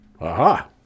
aha